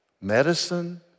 medicine